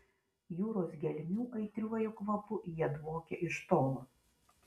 jūros gelmių aitriuoju kvapu jie dvokia iš tolo